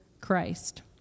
Christ